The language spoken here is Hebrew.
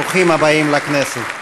ברוכים הבאים לכנסת.